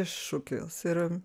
iššūkis ir